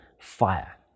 fire